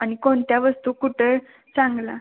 आणि कोणत्या वस्तू कुठं चांगला